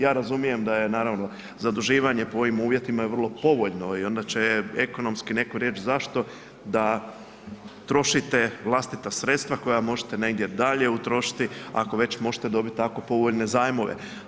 Ja razumijem da je naravno zaduživanje po ovim uvjetima je vrlo povoljno i onda će ekonomski netko reć zašto da trošite vlastita sredstva koja možete negdje dalje utrošiti ako već možete dobiti tako povoljne zajmove.